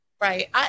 Right